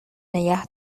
نگه